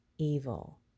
evil